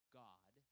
god